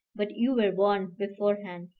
but you were warned beforehand,